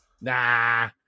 Nah